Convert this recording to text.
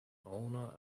owner